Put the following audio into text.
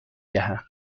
دهم